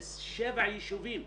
זה שבעה יישובים,